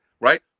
right